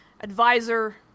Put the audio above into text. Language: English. advisor